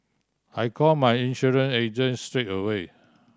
I called my insurance agent straight away